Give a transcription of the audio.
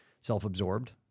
self-absorbed